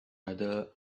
other